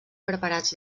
preparats